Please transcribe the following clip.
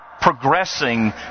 progressing